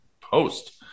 post